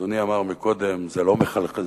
אדוני אמר קודם: זה לא מחלחל.